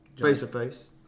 face-to-face